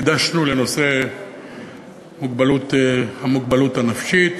שהקדשנו לנושא המוגבלות הנפשית.